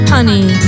Honey